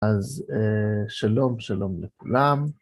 אז שלום, שלום לכולם.